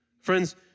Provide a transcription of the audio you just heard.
Friends